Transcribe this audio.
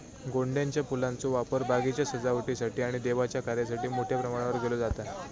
गोंड्याच्या फुलांचो वापर बागेच्या सजावटीसाठी आणि देवाच्या कार्यासाठी मोठ्या प्रमाणावर केलो जाता